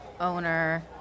owner